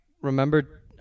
Remember